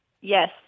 Yes